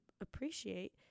appreciate